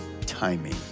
timing